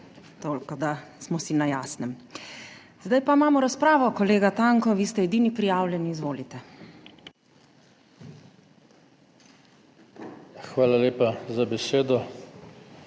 Toliko, da smo si na jasnem. Zdaj pa imamo razpravo. Kolega Tanko, vi ste edini prijavljeni. Izvolite. **JOŽE TANKO